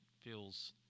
feels